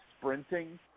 sprinting